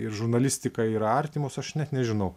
ir žurnalistika yra artimos aš net nežinau